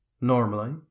Normally